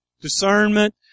discernment